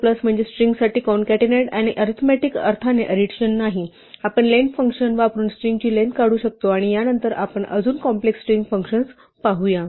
plus म्हणजे स्ट्रिंगसाठी concatenate आणि अरीथमेटिक अर्थाने एडिशन नाही आपण लेन फंक्शन वापरून स्ट्रिंगची लेंग्थ काढू शकतो आणि यानंतर आपण अजून कॉम्प्लेक्स स्ट्रिंग फंक्शन्स पाहूया